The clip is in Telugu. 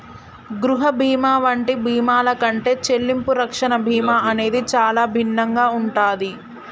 గృహ బీమా వంటి బీమాల కంటే చెల్లింపు రక్షణ బీమా అనేది చానా భిన్నంగా ఉంటాది